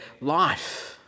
life